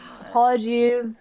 Apologies